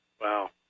Wow